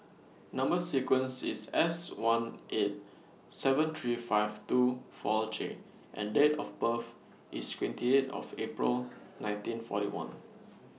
Number sequence IS S one eight seven three five two four J and Date of birth IS twenty eight of April nineteen forty one